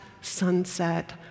sunset